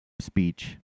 speech